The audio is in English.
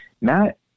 Matt